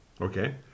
okay